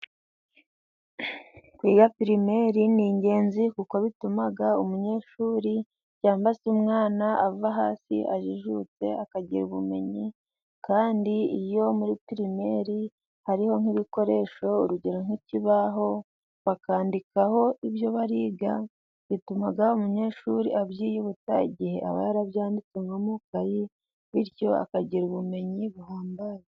Kwiga pirimeri ni ingenzi kuko bituma umunyeshuri cyangwa se umwana ava hasi ajijutse akagira ubumenyi, kandi iyo muri pirimeri hariho nk'ibikoresho urugero, nk'ikibaho bakandikaho ibyo bariga bituma umunyeshuri abyiyibutsa igihe aba yarabyanditse nko ikayi ,bityo akagira ubumenyi buhambaye.